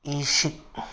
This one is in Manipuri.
ꯏꯁꯤꯛ